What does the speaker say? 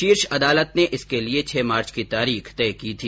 शीर्ष अदालत ने इसके लिए छह मार्च की तारीख तय की थी